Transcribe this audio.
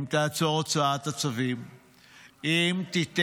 אם תעצור את הוצאת הצווים,